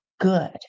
good